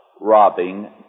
robbing